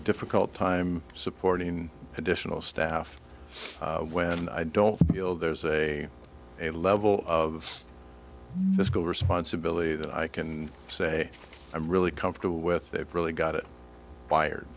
difficult time supporting additional staff when i don't feel there's a a level of this go responsibility that i can say i'm really comfortable with they've really got